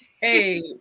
Hey